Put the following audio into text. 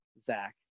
Zach